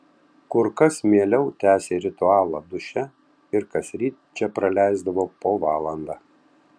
kur kas mieliau tęsė ritualą duše ir kasryt čia praleisdavo po valandą